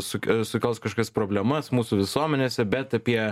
suke sukels kažkokias problemas mūsų visuomenėse bet apie